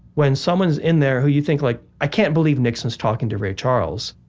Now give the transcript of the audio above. when someone's in there, who you think like, i can't believe nixon's talking to ray charles,